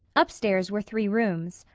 upstairs were three rooms,